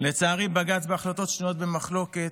לצערי בג"ץ, בהחלטות שנויות במחלוקת,